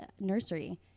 nursery